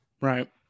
Right